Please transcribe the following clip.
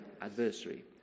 adversary